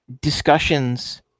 discussions